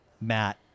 Matt